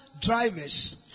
drivers